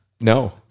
No